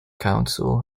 council